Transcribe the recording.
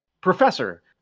Professor